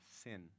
sin